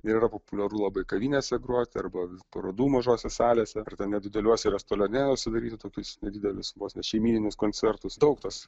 yra populiaru labai kavinėse groti arba parodų mažose salėse ar ten nedideliuose restoranėliuose daryti tokius nedidelius vos ne šeimyninius koncertus daug tos